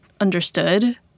understood